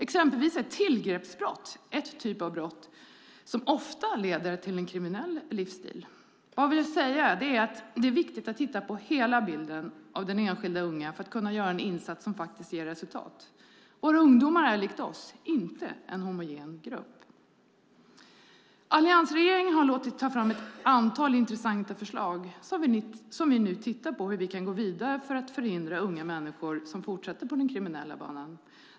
Exempelvis är tillgreppsbrott en typ av brott som ofta leder till en kriminell livsstil. Det är viktigt att titta på hela bilden av den enskilda ungen för att kunna göra en insats som faktiskt ger resultat. Våra ungdomar är likt oss inte en homogen grupp. Alliansregeringen har låtit ta fram ett antal intressanta förslag som vi nu tittar på för att gå vidare i arbetet med att förhindra unga människor att fortsätta på den kriminella banan.